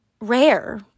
rare